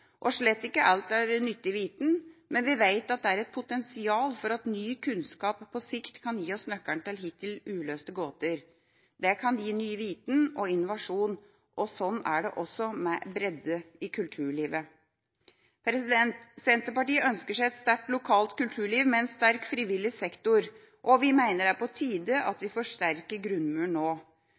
og slett ikke alt er nyttig viten – men vi vet at det er et potensial for at ny kunnskap på sikt kan gi oss nøkkelen til hittil uløste gåter. Det kan gi ny viten og innovasjon. Slik er det også med bredde i kulturlivet. Senterpartiet ønsker seg et sterkt lokalt kulturliv og en sterk frivillig sektor. Vi mener det er på tide at vi forsterker grunnmuren.